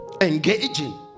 engaging